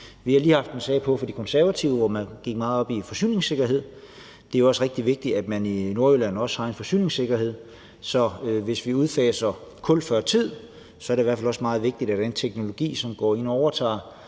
Vi har lige haft en sag her fra De Konservative, hvor man gik meget op i forsyningssikkerhed, og lige sådan er det rigtig vigtigt, at man også i Nordjylland har en forsyningssikkerhed. Så hvis vi udfaser kul før tid, er det i hvert fald også meget vigtigt, at vi med den teknologi, som går ind og overtager